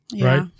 right